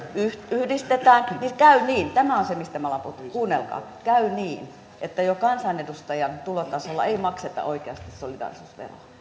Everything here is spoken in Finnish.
yhdistetään niin käy niin tämä on se mistä me olemme puhuneet kuunnelkaa että jo kansanedustajan tulotasolla ei makseta oikeasti solidaarisuusveroa